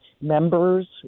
members